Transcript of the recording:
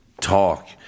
talk